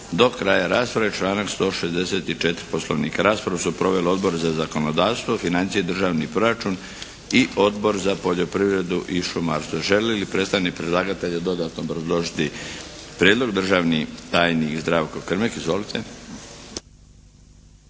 do kraja rasprave, članak 164. Poslovnika. Raspravu su proveli Odbor za zakonodavstvo, financije, državni proračun i Odbor za poljoprivredu i šumarstvo. Želi li predstavnik predlagatelja dodatno obrazložiti Prijedlog? Državni tajnik Zdravko Krmek. Izvolite.